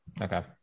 Okay